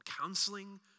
counseling